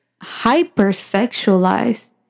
hyper-sexualized